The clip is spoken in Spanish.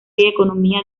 economía